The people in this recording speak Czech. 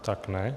Tak ne.